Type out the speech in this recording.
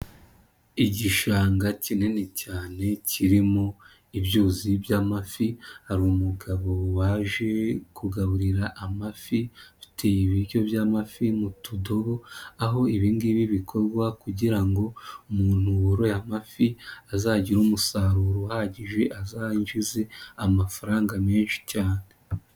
Igishanga kinini cyane kirimo ibyuzi by'amafi, hari umugabo waje kugaburira amafi ufite ibiryo by'amafi mu tudobo aho ibingibi bikorwa kugira ngo umuntu woroye amafi azagire umusaruro uhagije azanjize amafaranga menshi cyane.